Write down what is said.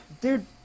dude